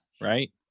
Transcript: right